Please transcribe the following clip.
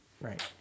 Right